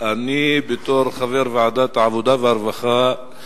בתור חבר ועדת העבודה והרווחה,